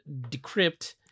Decrypt